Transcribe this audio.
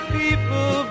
people